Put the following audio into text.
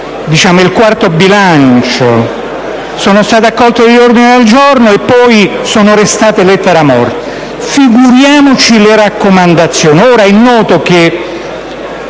il mio quarto bilancio: sono stati accolti degli ordini del giorno che poi sono rimasti lettera morta, figuriamoci le raccomandazioni!